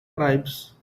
tribes